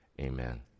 amen